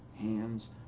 hands